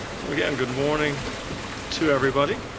again, good morning to everybody.